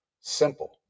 simple